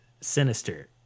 sinister